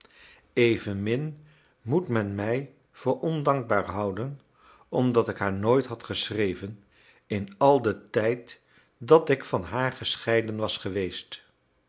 evenmin moet men mij voor ondankbaar houden omdat ik haar nooit had geschreven in al den tijd dat ik van haar gescheiden was geweest